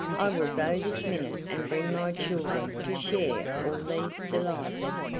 i will go this minute and bring my children to share all these delights.